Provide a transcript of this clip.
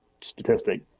statistic